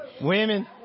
women